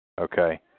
Okay